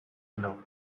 below